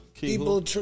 people